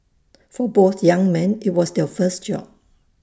for both young men IT was their first job